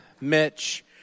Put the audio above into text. Mitch